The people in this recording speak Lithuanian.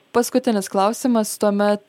paskutinis klausimas tuomet